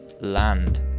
land